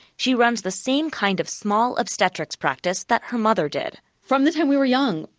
she runs the same kind of small obstetrics practice that her mother did from the time we were young,